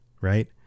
right